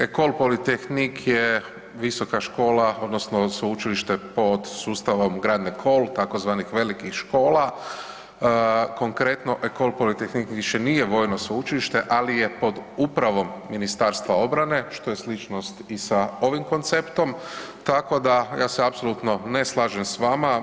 Ecole polytechnique je visoka škola odnosno sveučilište pod sustavom grandecol tzv. velikih škola, konkretno Ecole polytechnique više nije vojno sveučilište ali je pod upravom Ministarstva obrane što je sličnost i sa ovim konceptom, tako da ja se apsolutno ne slažem s vama.